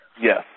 Yes